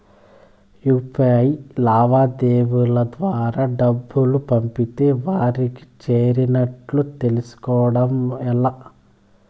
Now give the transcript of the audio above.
UPI లావాదేవీల ద్వారా డబ్బులు పంపితే వారికి చేరినట్టు తెలుస్కోవడం ఎలా?